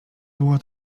było